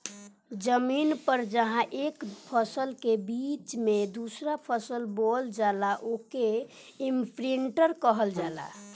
जमीन पर जहां एक फसल के बीच में दूसरा फसल बोवल जाला ओके लैंड इमप्रिन्टर कहल जाला